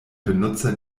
benutzer